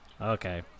okay